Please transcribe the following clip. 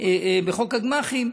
בחוק הגמ"חים.